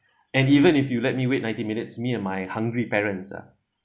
and even if you let me wait ninety minutes me and my hungry parents ah